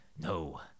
no